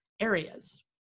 areas